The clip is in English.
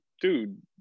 dude